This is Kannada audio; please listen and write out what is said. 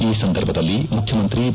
ಈ ಸಂದರ್ಭದಲ್ಲಿ ಮುಖ್ಯಮಂತ್ರಿ ಬಿ